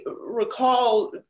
recall